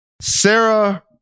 Sarah